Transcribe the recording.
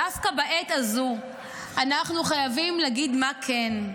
דווקא בעת הזו אנחנו חייבים להגיד מה כן,